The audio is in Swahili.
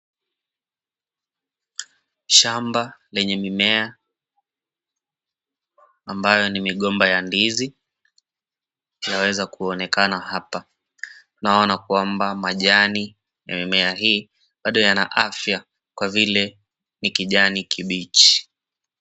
Shamba lenye mimea ambayo ni migomba ya ndizi yaweza kuonekana hapa. Tunaona kwamba majani ya mimea hii bado yana afya kwa vile ni kijani kibichi.